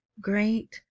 great